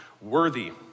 worthy